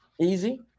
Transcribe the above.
easy